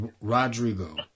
Rodrigo